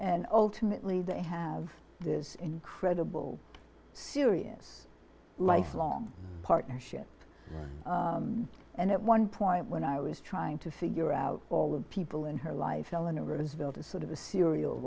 and ultimately they have this incredible serious lifelong partnership and at one point when i was trying to figure out all the people in her life eleanor roosevelt is sort of a serial